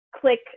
click